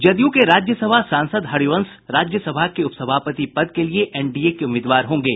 जदयू के राज्यसभा सांसद हरिवंश राज्यसभा के उप सभापति पद के लिये एनडीए के उम्मीदवार होंगे